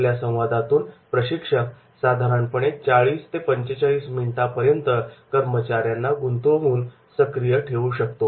आपल्या संवादातून प्रशिक्षक साधारणपणे 40 ते 45 मिनिटांपर्यंत कर्मचाऱ्यांना गुंतवून सक्रिय ठेवू शकतो